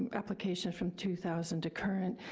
application from two thousand to current,